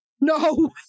No